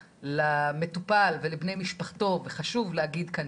למטופל ולבני משפחתו וחשוב להגיד כאן,